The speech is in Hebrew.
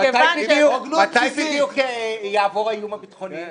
אם היית יודע --- מתי בדיוק יעבור האיום הביטחוני?